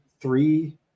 three